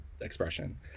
expression